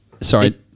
Sorry